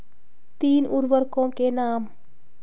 तीन उर्वरकों के नाम?